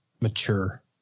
mature